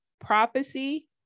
prophecy